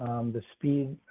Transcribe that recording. the speed